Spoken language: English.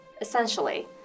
Essentially